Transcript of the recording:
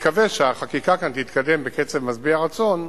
נקווה שהחקיקה כאן תתקדם בקצב משביע רצון,